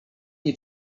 nie